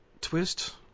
twist